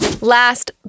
Last